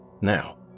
Now